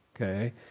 okay